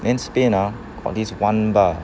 then spain ah got this one bar